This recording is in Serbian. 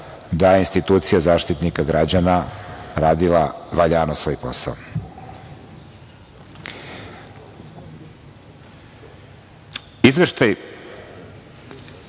da institucija Zaštitnika građana, radila valjano svoj